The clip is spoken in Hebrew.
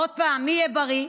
עוד פעם, מי יהיה בריא?